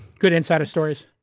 good insider stories?